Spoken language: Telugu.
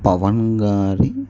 పవన్ గారి